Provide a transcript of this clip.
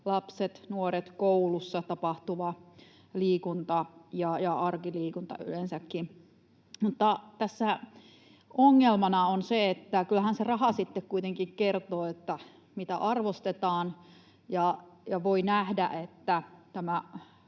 lapset, nuoret, koulussa tapahtuva liikunta ja arkiliikunta yleensäkin. Mutta tässä ongelmana on se, että kyllähän se raha sitten kuitenkin kertoo, mitä arvostetaan. Ja voi nähdä, että tämä